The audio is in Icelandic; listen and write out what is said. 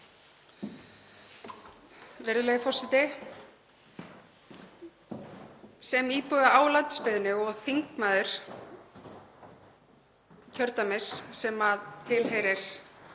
Virðulegi forseti. Sem íbúi á landsbyggðinni og þingmaður kjördæmis sem tilheyrir